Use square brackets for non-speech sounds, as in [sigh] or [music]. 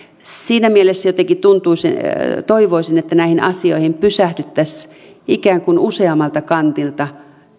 siinä mielessä jotenkin [unintelligible] toivoisin että näihin asioihin pysähdyttäisiin ikään kuin useammalta kantilta